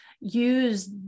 use